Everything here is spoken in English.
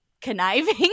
conniving